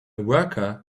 worker